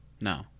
no